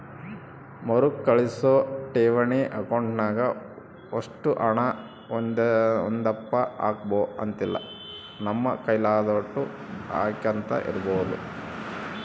ಮರುಕಳಿಸೋ ಠೇವಣಿ ಅಕೌಂಟ್ನಾಗ ಒಷ್ಟು ಹಣ ಒಂದೇದಪ್ಪ ಹಾಕ್ಬಕು ಅಂತಿಲ್ಲ, ನಮ್ ಕೈಲಾದೋಟು ಹಾಕ್ಯಂತ ಇರ್ಬೋದು